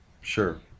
Sure